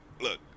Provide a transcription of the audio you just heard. Look